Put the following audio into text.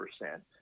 percent